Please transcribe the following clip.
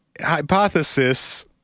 hypothesis